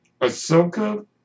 Ahsoka